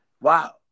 wow